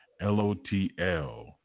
l-o-t-l